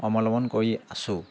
অৱলম্বন কৰি আছোঁ